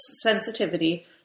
sensitivity